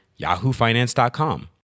yahoofinance.com